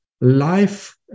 life